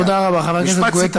תודה רבה, חבר הכנסת גואטה.